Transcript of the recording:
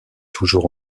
toujours